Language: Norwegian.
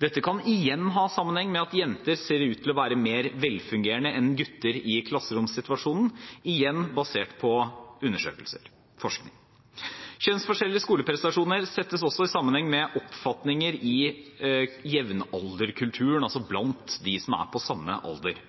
Dette kan igjen ha sammenheng med at jenter ser ut til å være mer velfungerende enn gutter i klasseromssituasjonen, igjen basert på undersøkelser og forskning. Kjønnsforskjeller i skoleprestasjoner settes også i sammenheng med oppfatninger i jevnalderkulturen, altså blant dem som er på samme alder.